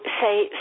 say